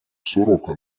сорока